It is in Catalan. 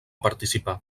participà